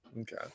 okay